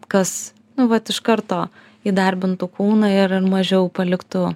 kas nu vat iš karto įdarbintų kūną ir mažiau paliktų